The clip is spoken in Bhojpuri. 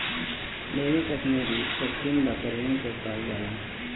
बेबी कसमीरी छोटकिन बकरियन के कहल जाला